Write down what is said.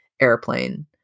airplane